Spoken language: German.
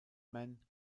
man